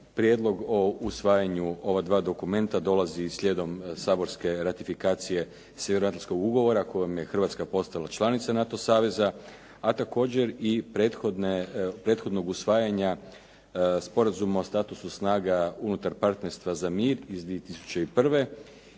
Prijedlog o usvajanju ova dva dokumenta dolazi slijedom saborske ratifikacije Sjevernoatlantskog ugovora kojom je Hrvatska postala članica NATO saveza, a također i prethodnog usvajanja Sporazuma o statusu snaga unutar Partnerstva za mir iz 2001.